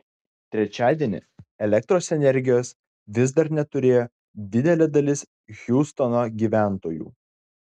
trečiadienį elektros energijos vis dar neturėjo didelė dalis hiūstono gyventojų